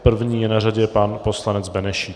První je na řadě pan poslanec Benešík.